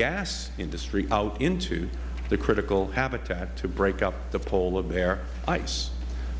gas industry out into the critical habitat to break up the polar bear ice